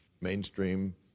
mainstream